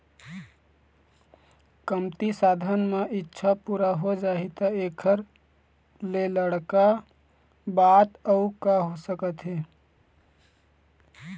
कमती साधन म इच्छा पूरा हो जाही त एखर ले बड़का बात अउ का हो सकत हे